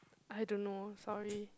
I don't know sorry